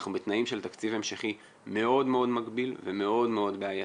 אנחנו בתנאים של תקציב המשכי מאוד מאוד מגביל ומאוד מאוד בעייתי.